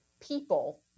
people